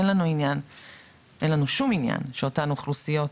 אין לנו שום ענין שאותן אוכלוסיות